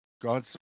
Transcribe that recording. God's